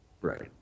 Right